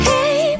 Hey